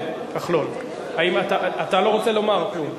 כחלון, אתה לא רוצה לומר כלום.